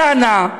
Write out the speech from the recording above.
דנה,